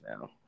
now